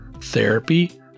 therapy